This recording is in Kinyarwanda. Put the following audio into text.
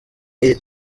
iri